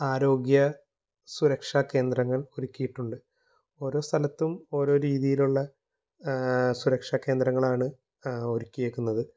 ആരോഗ്യ സുരക്ഷാ കേന്ദ്രങ്ങൾ ഒരുക്കിയിട്ടുണ്ട് ഓരോ സ്ഥലത്തും ഓരോ രീതിയിലുള്ള സുരക്ഷാ കേന്ദ്രങ്ങളാണ് ഒരുക്കിയിരിക്കുന്നത്